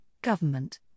government